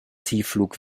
tiefflug